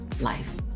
life